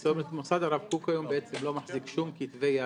זאת אומרת מוסד הרב קוק היום לא מחזיק שום כתבי יד?